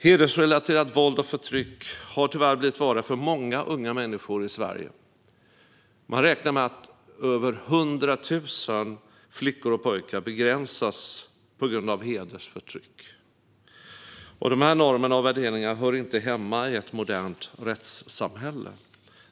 Hedersrelaterat våld och förtryck har tyvärr blivit vardag för många unga människor i Sverige. Man räknar med att över 100 000 flickor och pojkar begränsas på grund av hedersförtryck. Dessa normer och värderingar hör inte hemma i ett modernt rättssamhälle.